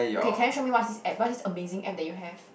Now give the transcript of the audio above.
okay can you show me what's this app what's this amazing app that you have